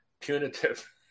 punitive